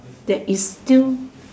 that is still